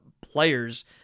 players